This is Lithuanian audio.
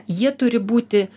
jie turi būti